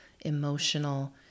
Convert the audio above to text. emotional